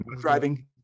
Driving